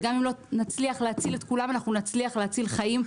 גם אם לא נצליח להציל את כולם אנחנו נצליח להציל חיים.